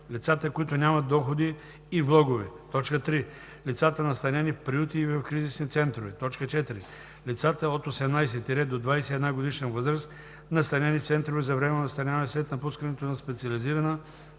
лицата, които нямат доходи и влогове; 3. лицата, настанени в приюти и в кризисни центрове; 4. лицата от 18- до 21-годишна възраст, настанени в центрове за временно настаняване след напускането на специализирана